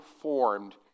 formed